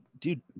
dude